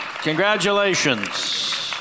Congratulations